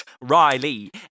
Riley